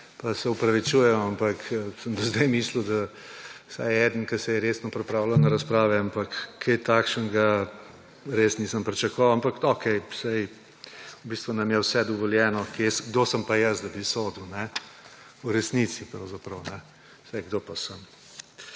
ne, se opravičujem, ampak sem do zdaj mislil, da je vsaj eden, ki se je resno pripravljal na razprave, ampak kaj takšnega res nisem pričakoval. Ampak okej, saj v bistvu nam je vse dovoljeno, kdo sem pa jaz, da bi sodil, v resnici pravzaprav. Saj, kdo pa sem?